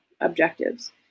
objectives